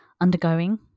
undergoing